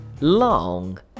Long